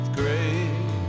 great